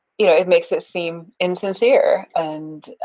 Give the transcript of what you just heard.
you know it makes it seem insincere, and